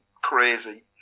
crazy